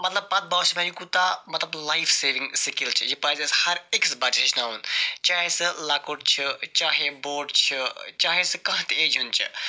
مطلب پَتہٕ باسیو مےٚ یہِ کوٗتاہ مَطلَب لایف سیوِنٛگ سکل چھُ یہِ پَزِ اَسہِ ہر أکِس بَچَس ہیٚچھناوُن چاہے سُہ لۄکُٹ چھُ چاہے بوٚڈ چھُ چاہے سُہ کانٛہہ تہِ ایجہِ ہُنٛد چھِ